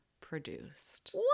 produced